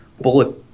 bullet –